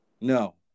No